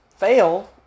fail